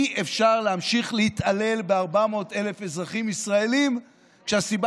אי-אפשר להמשיך להתעלל ב-400,000 אזרחים ישראלים כשהסיבה